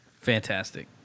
Fantastic